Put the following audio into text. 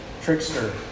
trickster